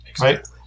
Right